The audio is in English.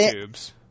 tubes